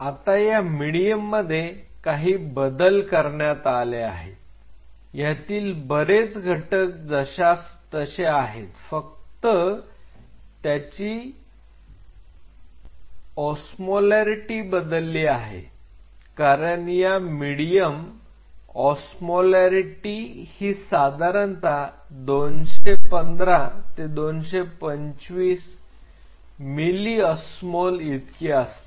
आता या मिडीयम मध्ये काही बदल करण्यात आले आहेत यातील बरेच घटक जशास तसे आहेत फक्त त्याची फक्त त्याची उस्मोलारिटी बदलली आहे कारण या मिडीयम उस्मोलारिटी ही साधारणतः 215 ते 225 मिलीअस्मोल इतकी असते